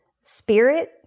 spirit